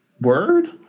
word